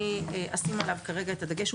שאשים עליו כרגע את הדגש,